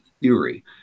theory